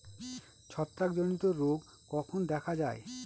ছত্রাক জনিত রোগ কখন দেখা য়ায়?